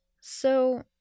So